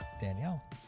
Danielle